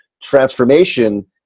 transformation